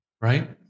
right